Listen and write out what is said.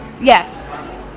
yes